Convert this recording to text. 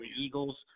Eagles